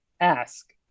ask